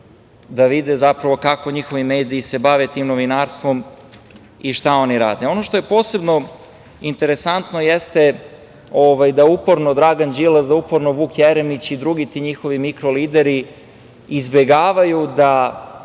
da vide, zapravo, kako se njihovi mediji bave tim novinarstvom i šta oni rade. Ono što je posebno interesantno jeste da uporno Dragan Đilas, da uporno Vuk Jeremić i drugi ti njihovi mikro-lideri izbegavaju da